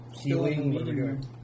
healing